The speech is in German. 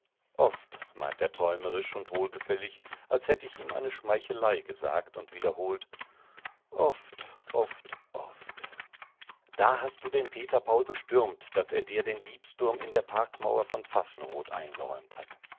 oft meinte er träumerisch und wohlgefällig als hätt ich ihm eine schmeichelei gesagt und wiederholt oft oft oft da hast du den peter paul bestürmt daß er dir den diebsturm in der parkmauer von pfaffenrod eingeräumt hat